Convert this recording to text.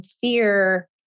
fear